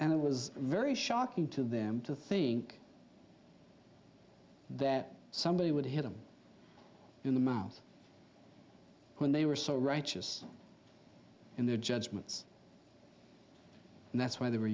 and it was very shocking to them to think that somebody would hit them in the mouth when they were so righteous in their judgments and that's why the